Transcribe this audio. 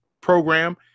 program